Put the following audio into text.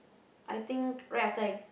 I think right after I